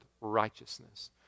righteousness